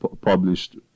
published